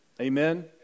Amen